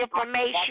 information